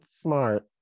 smart